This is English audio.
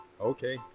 Okay